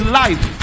life